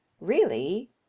Really